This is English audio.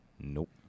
Nope